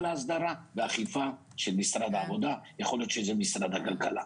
ההסדרה והאכיפה של משרד העבודה ויכול להיות שזה משרד הכלכלה.